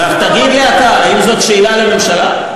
תגיד לי אתה, האם זאת שאלה לממשלה?